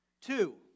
Two